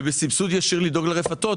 ובסבסוד ישיר לדאוג לרפתות.